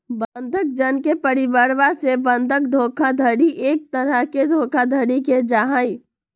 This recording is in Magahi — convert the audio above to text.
बंधक जन के परिवरवा से बंधक धोखाधडी एक तरह के धोखाधडी के जाहई